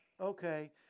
Okay